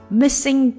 ，missing